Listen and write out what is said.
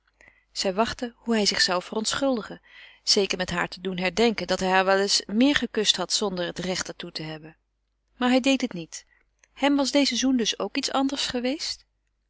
zij wachtte hoe hij zich zou verontschuldigen zeker met haar te doen herdenken dat hij haar wel eens meer gekust had zonder het recht er toe te hebben maar hij deed het niet hem was deze zoen dus ook iets anders geweest